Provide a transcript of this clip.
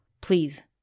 please